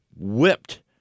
whipped